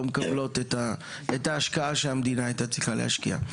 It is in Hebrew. מקבלות את ההשקעה שהמדינה הייתה צריכה להשקיע.